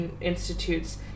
Institutes